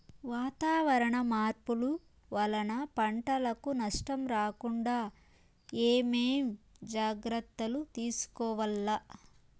వాతావరణ మార్పులు వలన పంటలకు నష్టం రాకుండా ఏమేం జాగ్రత్తలు తీసుకోవల్ల?